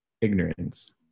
ignorance